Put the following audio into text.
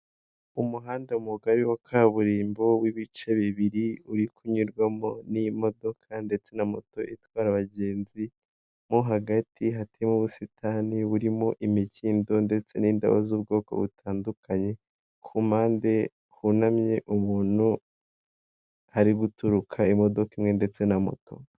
Umuhanda mugari wa kaburimbo w'ibice bibiri ,uri kunyurwamo n'imodoka ndetse na moto itwara abagenzi ,mo hagati hateyemo ubusitani burimo imikindo ndetse n'indabo z'ubwoko butandukanye ,ku mpande hunamye umuntu ari guturuka imodoka imwe ndetse na moto.